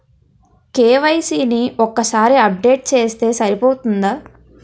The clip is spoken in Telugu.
కే.వై.సీ ని ఒక్కసారి అప్డేట్ చేస్తే సరిపోతుందా?